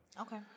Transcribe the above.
Okay